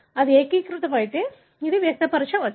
ఇది ఏకీకృతమైతే అది వ్యక్తపరచవచ్చు